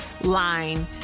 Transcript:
line